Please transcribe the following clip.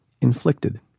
inflicted